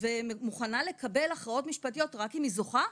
ומוכנה לקבל הכרעות משפטיות רק אם היא זוכה?